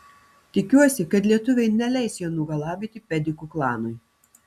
tikiuosi kad lietuviai neleis jo nugalabyti pedikų klanui